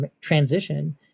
transition